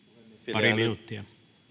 pari minuuttia